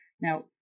Now